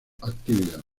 actividad